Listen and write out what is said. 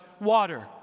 water